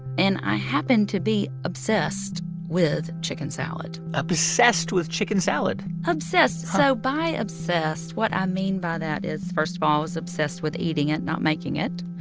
and i happened to be obsessed with chicken salad obsessed with chicken salad? obsessed. so by obsessed, what i mean by that is first of all, i was obsessed with eating it, not making it.